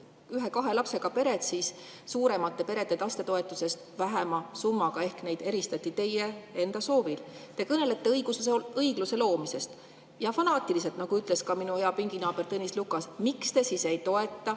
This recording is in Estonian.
ühe-kahe lapsega pered suuremate perede lastetoetusest väiksema summaga ehk neid eristati teie enda soovil. Te kõnelete õigluse loomisest – ja fanaatiliselt, nagu ütles ka minu hea pinginaaber Tõnis Lukas. Miks te siis ei toeta